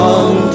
Long